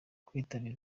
kwitabira